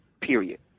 period